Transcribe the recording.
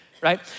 right